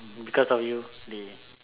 because of you they